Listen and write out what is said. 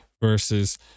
versus